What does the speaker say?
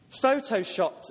Photoshopped